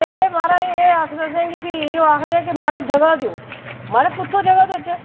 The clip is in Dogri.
ते म्हाराज एह् आखदे असें ई फ्ही इ'यै आखदे केह् म्हाराज जगह् देओ म्हाराज कुत्थूं जगह् देचै